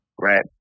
Right